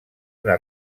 una